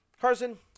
Carson